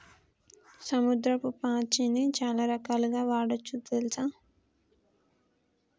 సముద్రపు పాచిని చాలా రకాలుగ వాడొచ్చు తెల్సా